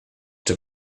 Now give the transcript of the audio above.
czy